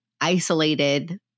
isolated